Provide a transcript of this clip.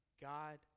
God